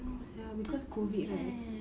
I don't know sia cause COVID right